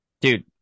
dude